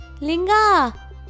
Linga